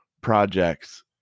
projects